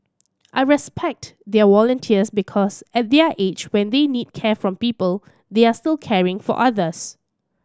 I respect their volunteers because at their age when they need care from people they are still caring for others